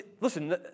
listen